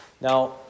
Now